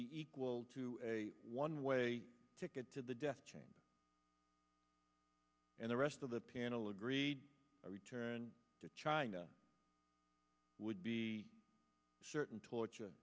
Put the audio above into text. be equal to a one way ticket to the death chamber and the rest of the panel agreed to return to china would be certain torture